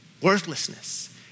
Worthlessness